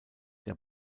der